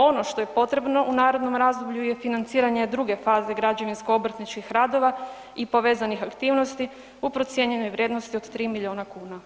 Ono što je potrebno u narednom razdoblju je financiranje druge faze građevinsko obrtničkih radova i povezanih aktivnosti u procijenjenoj vrijednosti od 3 milijuna kuna.